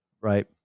right